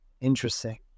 Interesting